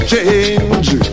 Change